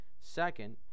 Second